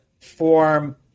form